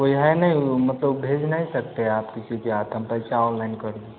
कोई है नहीं मतलब भेज नहीं सकते हैं आप किसी के हाथन पैसा अनलाइन कर देंगे